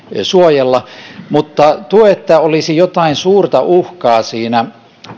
mutta tuo että olisi jotain suurta uhkaa siinä